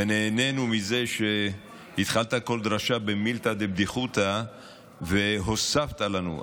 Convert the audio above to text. ונהנינו מזה שהתחלת כל דרשה במילתא דבדיחותא והוספת לנו.